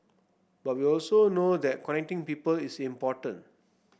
but we also know that connecting people is important